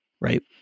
right